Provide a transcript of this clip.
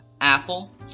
apple